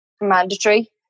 mandatory